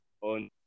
on